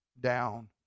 down